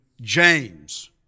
James